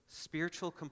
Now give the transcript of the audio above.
spiritual